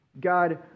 God